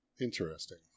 Interesting